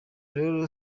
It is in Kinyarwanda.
rero